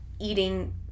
eating